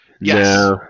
yes